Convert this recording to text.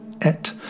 et